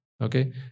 Okay